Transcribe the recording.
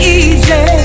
easy